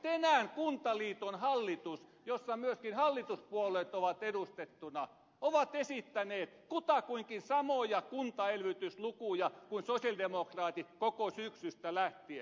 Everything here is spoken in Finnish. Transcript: tänään kuntaliiton hallitus jossa myöskin hallituspuolueet ovat edustettuina on esittänyt kutakuinkin samoja kuntaelvytyslukuja kuin sosialidemokraatit syksystä lähtien